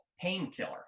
Painkiller